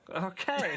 okay